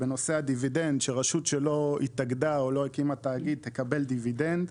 בנושא הדיווידנד שרשות שלא התאגדה או לא הקימה תאגיד תקבל דיבידנד.